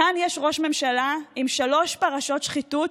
כאן יש ראש ממשלה עם שלוש פרשות שחיתות,